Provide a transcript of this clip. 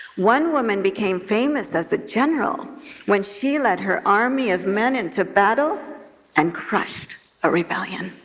one woman became famous as a general when she led her army of men into battle and crushed a rebellion.